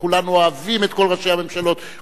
כולנו אוהבים את כל ראשי הממשלות,